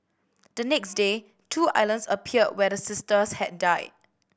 the next day two islands appeared where the sisters had died